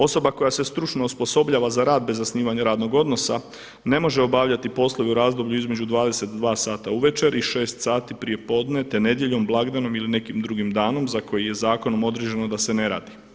Osoba koja se stručno osposobljava za rad bez zasnivanja radnog odnosa ne može obavljati poslove u razdoblju između 22 sata uvečer i 6 sati prijepodne, te nedjeljom, blagdanom ili nekim drugim danom za koji je zakonom određeno da se ne radi.